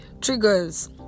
triggers